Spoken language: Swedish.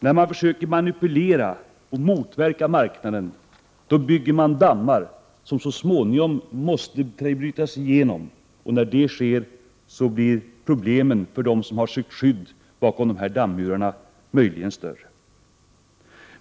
När man försöker att manipulera och motverka marknaden bygger man dammar som så småningom måste genombrytas. När det sker blir problemen större för dem som har sökt skydd bakom dessa dammvallar.